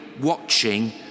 watching